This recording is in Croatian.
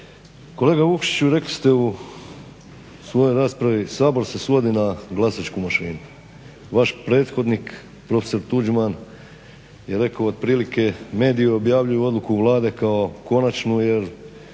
Kolega Vukšiću rekli ste u svojoj raspravi Sabor se svodi na glasačku mašinu. Vaš prethodnik prof. Tuđman je rekao otprilike mediji objavljuju odluku Vlade kao konačnu jer